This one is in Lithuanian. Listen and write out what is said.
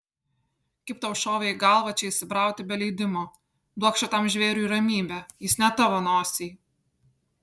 kaip tau šovė į galvą čia įsibrauti be leidimo duok šitam žvėriui ramybę jis ne tavo nosiai